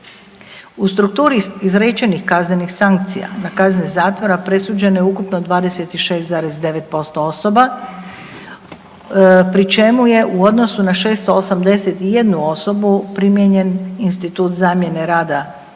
U strukturi izrečenih kaznenih sankcija na kazne zatvora presuđeno je ukupno 26,9% osoba pri čemu je u odnosu na 681 osobu primijenjen institut zamjene rada